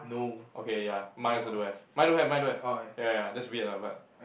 okay ya my also don't have my don't have my don't have ya ya that's weird lah but